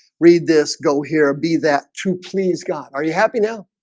read this go here be that to please god. are you happy now?